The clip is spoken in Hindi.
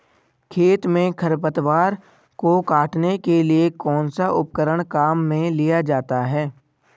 खेत में खरपतवार को काटने के लिए कौनसा उपकरण काम में लिया जाता है?